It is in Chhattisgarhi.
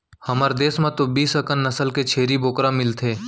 हमर देस म तो बीस अकन नसल के छेरी बोकरा मिलथे